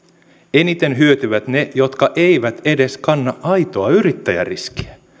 eniten hyötyvät ne jotka eivät edes kanna aitoa yrittäjäriskiä